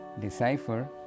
decipher